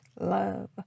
love